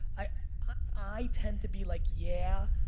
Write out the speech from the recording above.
i tend to be like, yeah.